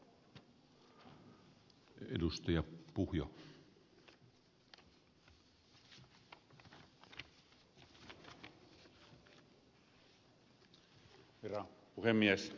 herra puhemies